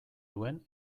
duen